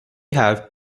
have